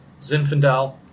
Zinfandel